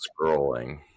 scrolling